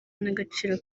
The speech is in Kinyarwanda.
n’agaciro